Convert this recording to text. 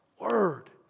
word